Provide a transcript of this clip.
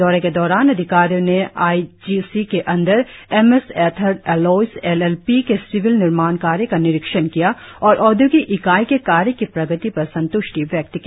दौरे के दौरान अधिकारियों ने आई जी सी के under M S Ather alloys L L P के सिविल निर्माण कार्य का निरीक्षण किया और औद्योगिक इकाई के कार्य की प्रगति पर संत्ष्टि व्यक्त की